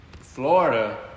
Florida